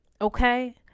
okay